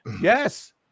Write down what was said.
Yes